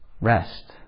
rest